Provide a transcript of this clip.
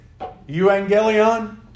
Evangelion